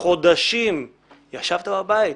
חודשים ישבת בבית.